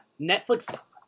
Netflix